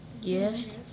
Yes